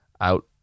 out